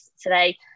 today